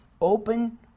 open